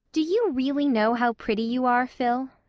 do you really know how pretty you are, phil?